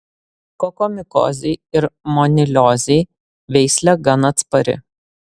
kokomikozei ir moniliozei veislė gan atspari